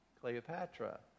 Cleopatra